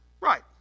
Right